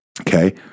Okay